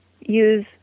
use